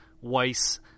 Weiss